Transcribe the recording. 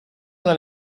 una